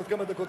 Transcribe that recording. עוד כמה דקות.